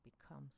becomes